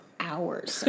hours